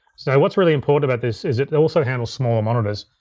so what's really important about this is it also handles small monitors.